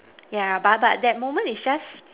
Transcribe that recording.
yeah but but that woman is just